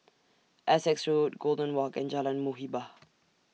Essex Road Golden Walk and Jalan Muhibbah